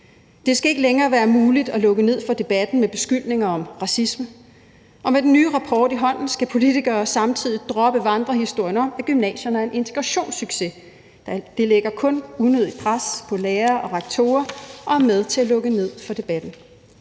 Det skal ikke længere være muligt at lukke ned for debatten med beskyldninger om racisme. Og med den nye rapport i hånden skal politikere samtidig droppe vandrehistorien om, at gymnasierne er en integrationssucces. Det lægger kun unødigt pres på lærere og rektorer og er med til at lukke ned for debatten.